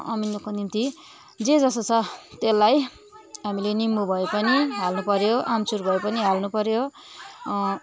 अमिलोको निम्ति जे जेसो छ त्यसलाई हामीले निम्बू भए पनि हाल्नुपऱ्यो आमचुर भएपनि हाल्नुपऱ्यो